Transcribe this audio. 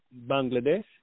Bangladesh